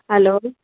hello